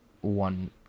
one